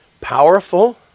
powerful